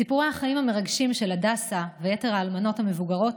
סיפורי החיים של הדסה ויתר האלמנות המבוגרות